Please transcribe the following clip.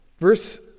Verse